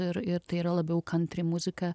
ir ir tai yra labiau kantri muzika